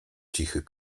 cichy